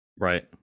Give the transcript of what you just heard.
Right